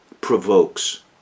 provokes